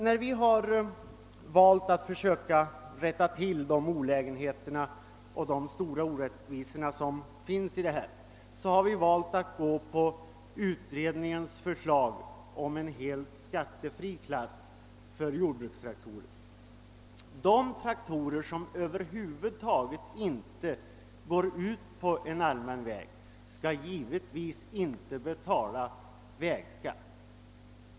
När vi har velat försöka rätta till de olägenheter och de stora orättvisor som finns i förslaget, har vi valt att gå på utredningens förslag om en helt skattefri klass för jordbrukstraktorer. De traktorer som över huvud taget inte går ut på en allmän väg skall givetvis inte betala vägskatt.